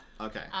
Okay